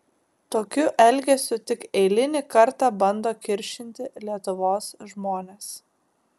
tokiu elgesiu tik eilinį kartą bando kiršinti lietuvos žmones